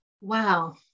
Wow